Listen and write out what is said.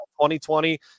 2020